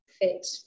fit